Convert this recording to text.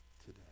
today